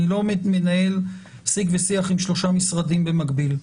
אני לא מנהל שיג ושיח עם שלושה משרדים במקביל.